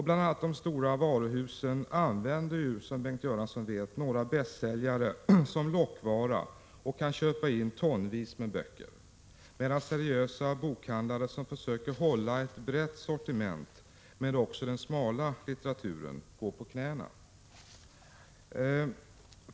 Bl.a. de stora varuhusen använder, som Bengt Göransson vet, några bästsäljare som lockvara och kan köpa in tonvis med böcker, medan seriösa bokhandlare som försöker hålla ett brett sortiment men också den s.k. smala litteraturen går på knäna.